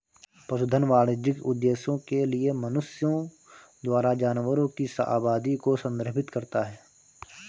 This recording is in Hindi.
पशुधन वाणिज्यिक उद्देश्य के लिए मनुष्यों द्वारा जानवरों की आबादी को संदर्भित करता है